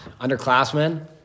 Underclassmen